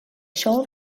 siôl